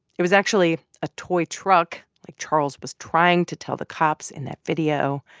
it was actually a toy truck, like charles was trying to tell the cops in that video.